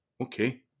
okay